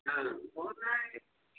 हाँ हो रहा है